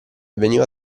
veniva